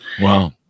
Wow